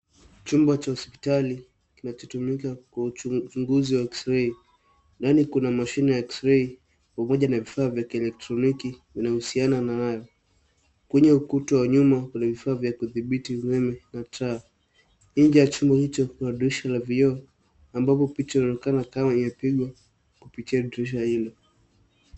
Chumba cha hospitali kinachotumika kwa uchunguzi wa eksrei, ndani kuna mashine ya eksrei pamoja na vifaa vya kielektroniki inayohusiana nayo, kwenye ukuta wa nyuma kuna vifaa vya kudhibiti umeme na taa, nje ya chumba hicho kuna dirisha la vioo ambapo picha unaonekana kama imepigwa kupitia dirisha hilo.